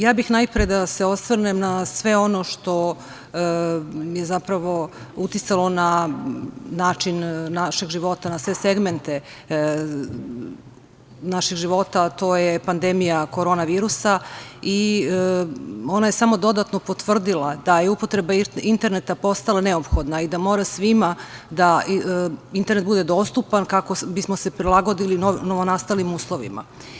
Ja bih najpre da se osvrnem na sve ono što je zapravo uticalo na način našeg života, na sve segmente naših života, a to je pandemija Korona virusa i ona je samo dodatno potvrdila da je upotreba interneta postala neophodna i da internet mora svima da bude dostupan kako bismo se prilagodili novonastalim uslovima.